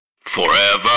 Forever